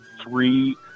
three